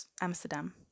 amsterdam